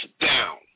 down